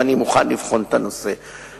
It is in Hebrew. ואני מוכן לבחון את הנושא.